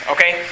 Okay